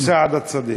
מוסעדה צדיק.